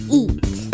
eat